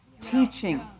teaching